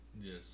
Yes